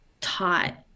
taught